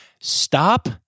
Stop